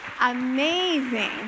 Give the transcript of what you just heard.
amazing